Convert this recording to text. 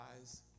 eyes